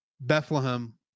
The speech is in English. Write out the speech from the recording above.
bethlehem